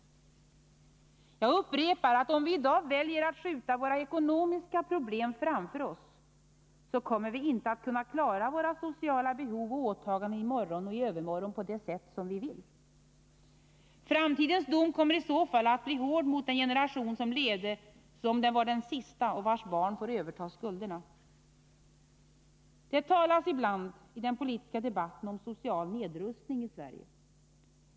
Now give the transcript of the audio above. Jag upprepar att om vi i dag väljer att skjuta våra ekonomiska problem framför oss, så kommer vi inte att kunna klara våra sociala behov och åtaganden i morgon och i övermorgon på det sätt som vi vill. Framtidens dom kommer i så fall att bli hård mot den generation som levde som om den var den sista och vars barn får överta skulderna. Det talas ibland i den politiska debatten om social nedrustning i Sverige.